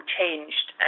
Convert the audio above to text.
changed